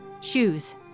Shoes